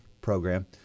program